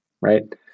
right